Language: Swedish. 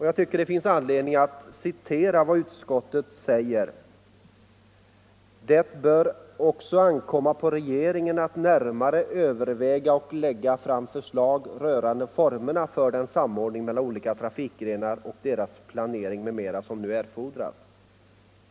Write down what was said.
Jag tycker att det finns anledning att citera vad utskottet säger: ”Det bör också ankomma på regeringen att närmare överväga och lägga fram förslag rörande formerna för den samordning mellan olika trafikgrenar och deras planering m.m. som nu erfordras.